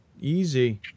Easy